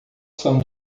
são